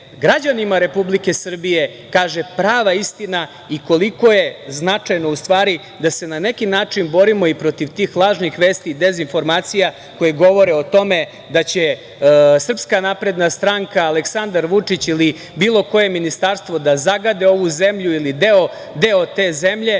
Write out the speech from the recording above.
građanima Republike Srbije kaže prava istina i koliko je značajno, u stvari, da se na neki način borimo i protiv tih lažnih vesti i dezinformacija koje govore o tome da će SNS, Aleksandar Vučić ili bilo koje ministarstvo da zagade ovu zemlju ili deo te zemlje.